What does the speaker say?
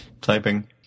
typing